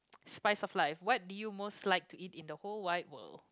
spice of life what do you most like to eat in the whole wide world